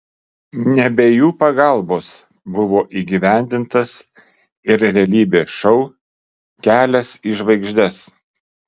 ne be jų pagalbos buvo įgyvendintas ir realybės šou kelias į žvaigždes